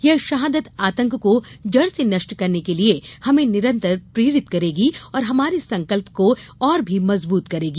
यह शहादत आतंक को जड़ से नष्ट करने के लिए हमें निरन्तर प्रेरित करेगी और हमारे संकल्प को और भी मजबूत करेगी